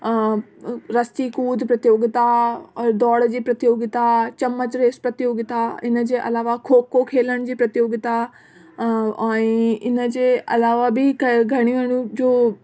रस्सी कूद प्रतियोगिता दौड़ जी प्रतियोगिता चमच रेस प्रतियोगिता इनजे अलावा खो खो खेलण जी प्रतियोगिता ऐं इनजे अलावा बि घणी घणियूं जूं